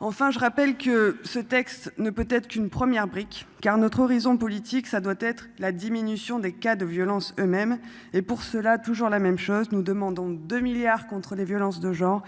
Enfin, je rappelle que ce texte ne peut être qu'une première brique car notre horizon politique, ça doit être la diminution des cas de violences eux-mêmes et pour cela, toujours la même chose. Nous demandons que 2 milliards contre les violences de genre